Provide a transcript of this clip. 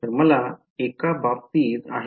तर मला एका बाबतीत आहे